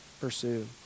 pursue